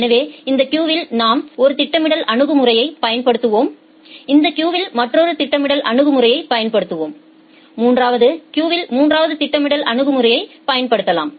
எனவே இந்த கியூவில் நாம் ஒரு திட்டமிடல் அணுகுமுறையை பயன்படுத்துவோம் இந்த கியூவில் மற்றொரு திட்டமிடல் அணுகுமுறையை பயன்படுத்துவோம் மூன்றாவது கியூவில் மூன்றாவது திட்டமிடல் அணுகுமுறையை பயன்படுத்தலாம்